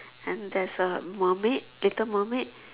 and there is a mermaid little mermaid